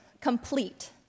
complete